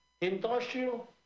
Industrial